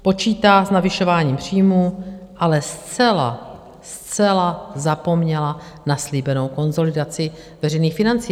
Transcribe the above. Počítá s navyšováním příjmů, ale zcela, zcela zapomněla na slíbenou konsolidaci veřejných financí.